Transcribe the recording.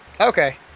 Okay